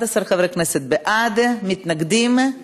11 חברי כנסת בעד, מתנגדים,